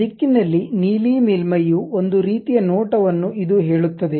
ಆ ದಿಕ್ಕಿನಲ್ಲಿ ನೀಲಿ ಮೇಲ್ಮೈಯ ಒಂದು ರೀತಿಯ ನೋಟವನ್ನು ಇದು ಹೇಳುತ್ತದೆ